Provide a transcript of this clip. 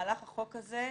שבמהלך החוק הזה,